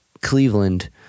Cleveland